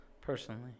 personally